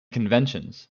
conventions